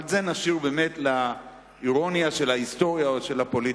אבל את זה נשאיר לאירוניה של ההיסטוריה או של הפוליטיקה.